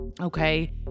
okay